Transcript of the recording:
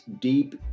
deep